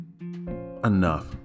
enough